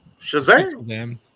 Shazam